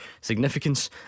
significance